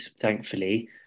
thankfully